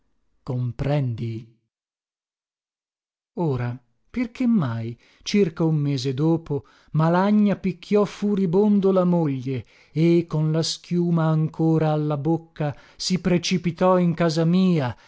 comprendi ora perché mai circa un mese dopo malagna picchiò furibondo la moglie e con la schiuma ancora alla bocca si precipitò in casa mia